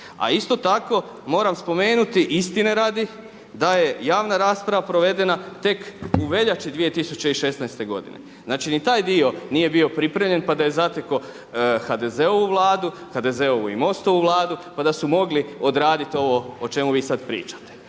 A isto tako moram spomenuti istine radi da je javna rasprava provedena tek u veljači 2016. godine. Znači ni taj dio nije bio pripremljen pa da je zatekao HDZ-ovu Vladu, HDZ-ovu i MOST-ovu Vladu pa da su mogli odraditi ovo o čemu vi sada pričate.